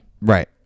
Right